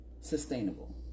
sustainable